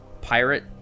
Pirate